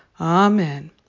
Amen